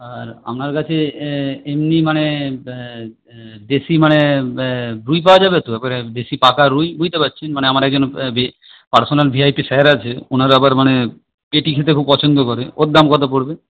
আর আপনার কাছে এমনি মানে দেশি মানে রুই পাওয়া যাবে তো দেশি পাকা রুই বুঝতে পারছেন মানে আমার একজন personal V I P sir আছে ওঁর আবার মানে পেটি খেতে খুব পছন্দ করে ওর দাম কত পড়বে